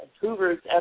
Hoover's